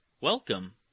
welcome